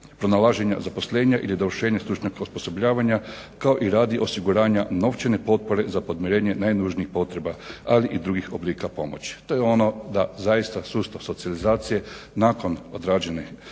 pronalaženja zaposlenja ili dovršenja stručnog osposobljavanja kao i radi osiguranja novčane potpore za podmirenje najnužnijih potreba ali i drugih oblika pomoći. To je ono da zaista sustav socijalizacije nakon odrađenih